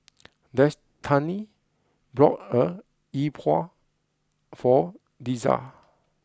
Destany bought a e-bua for Deja